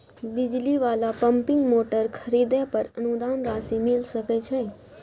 बिजली वाला pumping motor खरीदे पर अनुदान राशि मिल सके छैय?